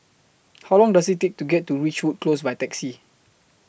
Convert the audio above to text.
How Long Does IT Take to get to Ridgewood Close By Taxi